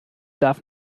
darf